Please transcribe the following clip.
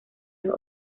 los